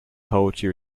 poetry